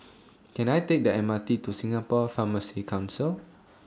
Can I Take The M R T to Singapore Pharmacy Council